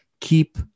keep